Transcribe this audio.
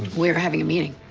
we're having a meeting.